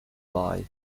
bite